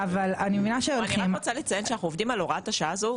אני רק רוצה לציין שאנחנו עובדים על הוראת השעה הזו,